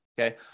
okay